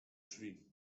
drzwi